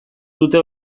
dute